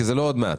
כי זה לא עוד מעט.